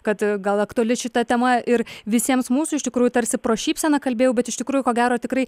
kad gal aktuali šita tema ir visiems mūsų iš tikrųjų tarsi pro šypseną kalbėjau bet iš tikrųjų ko gero tikrai